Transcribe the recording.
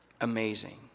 amazing